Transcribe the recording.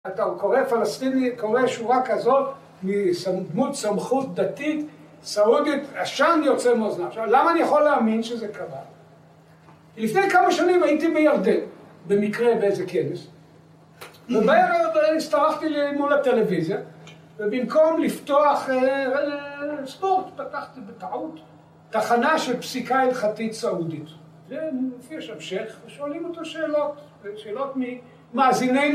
אתה קורא פלסטיני, קורא שורה כזאת מדמות סמכות דתית סעודית, עשן יוצא מאוזניו עכשיו, למה אני יכול להאמין שזה קבל? לפני כמה שנים הייתי בירדן במקרה באיזה כנס ובערב הצטרפתי מול הטלוויזיה ובמקום לפתוח ספורט, פתחתי בטעות תחנה של פסיקה הדחתית סעודית והופיע שם שך, ושואלים אותו שאלות שאלות ממאזיננו